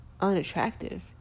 unattractive